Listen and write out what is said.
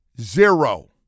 zero